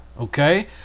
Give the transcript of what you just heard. okay